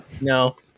no